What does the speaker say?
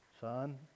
Son